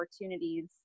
opportunities